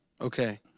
Okay